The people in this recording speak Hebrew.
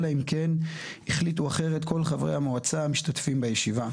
אלא אם כן החליטו אחרת כל חברי המועצה המשתתפים בישיבה.